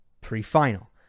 Pre-final